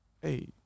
hey